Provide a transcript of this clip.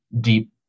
deep